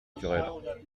querelle